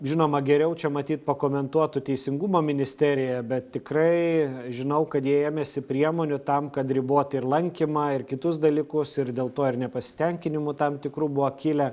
žinoma geriau čia matyt pakomentuotų teisingumo ministerija bet tikrai žinau kad jie ėmėsi priemonių tam kad riboti ir lankymą ir kitus dalykus ir dėl to ir nepasitenkinimų tam tikrų buvo kilę